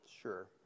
sure